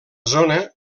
zona